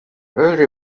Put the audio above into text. early